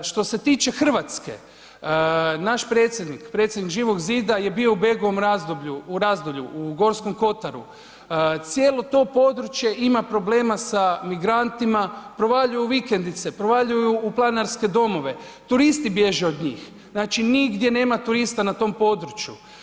Što se tiče Hrvatske, naš predsjednik, predsjednik Živog zida je bio u Begovom Razdolju u Gorskom kotaru, cijelo to područje ima problema sa migrantima, provaljuju u vikendice, provaljuju u planinarske domove, turisti bježe od njih, znači nigdje nema turista na tom području.